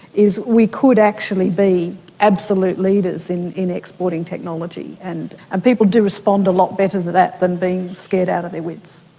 is we could actually be absolute leaders in in exporting technology, and and people do respond a lot better to that than being scared out of their wits.